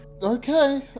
Okay